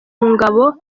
ngabo